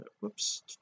whoops